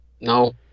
No